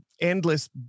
endless